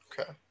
Okay